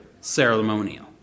ceremonial